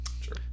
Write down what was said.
Sure